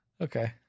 okay